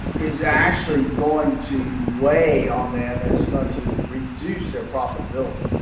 is actually going to weigh on them, is going to reduce their profitability.